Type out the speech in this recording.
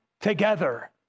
together